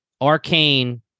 arcane